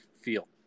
feel